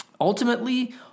Ultimately